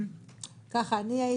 זה מה שקורה כשיש לך "נורבגי".